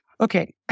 Okay